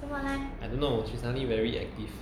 I don't know she suddenly very active